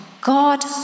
God